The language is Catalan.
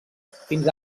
fins